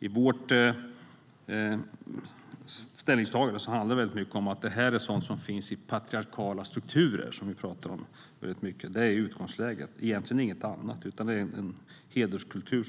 I vårt ställningstagande handlar det mycket om att detta finns i patriarkala strukturer, som vi pratar mycket om. Det är utgångsläget. Det är egentligen ingenting annat, utan det är en hederskultur.